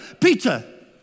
Peter